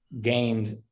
gained